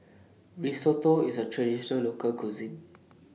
Risotto IS A Traditional Local Cuisine